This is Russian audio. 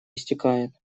истекает